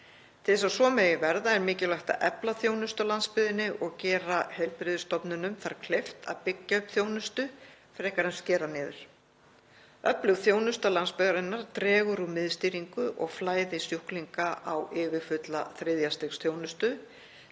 Til þess að svo megi verða er mikilvægt að efla þjónustu á landsbyggðinni og gera heilbrigðisstofnunum þar kleift að byggja upp þjónustu frekar en að skera niður. Öflug þjónusta landbyggðarinnar dregur úr miðstýringu og flæði sjúklinga á yfirfulla þriðja stigs þjónustu